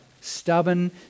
stubborn